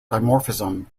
dimorphism